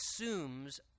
assumes